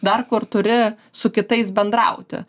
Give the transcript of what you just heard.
dar kur turi su kitais bendrauti